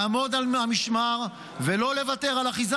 לעמוד על המשמר ולא לוותר על אחיזה